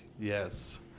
Yes